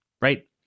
right